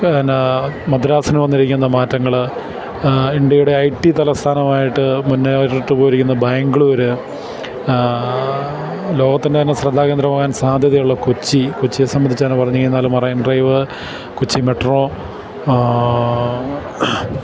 പിന്നെ മദ്രാസിന് വന്നിരിക്കുന്ന മാറ്റങ്ങള് ഇന്ത്യയുടെ ഐ ടി തലസ്ഥാനമായിട്ട് മുന്നോട്ടുപോയിരിക്കുന്ന ബാംഗ്ലൂര് ലോകത്തിൻ്റെ തന്നെ ശ്രദ്ധാകേന്ദ്രമാകാൻ സാധ്യതയുള്ള കൊച്ചി കൊച്ചിയെ സംബന്ധിച്ച് പറഞ്ഞുകഴിഞ്ഞാല് മറൈൻ ഡ്രൈവ് കൊച്ചി മെട്രോ